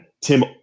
Tim